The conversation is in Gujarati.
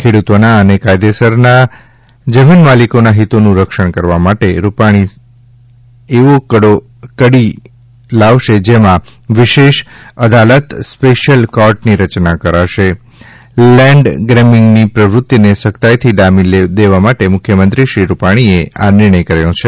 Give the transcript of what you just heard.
ખેડૂતોના અને કાયદેસરના જમીન માલિકોના હિતોનું રક્ષણ કરવા માટે શ્રી રૂપાણી એવો કાયદો લાવશે જેમાં વિશેષ અદાલત સ્પેશ્યલ કોર્ટની રચના કરાશે લેન્ડ ગ્રેબિંગની પ્રવૃત્તિને સખ્તાઇથી ડામી દેવા માટે મુખ્યમંત્રી વિજય રૂપાણીએ આ નિર્ણય કર્યો છે